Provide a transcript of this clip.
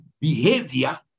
behavior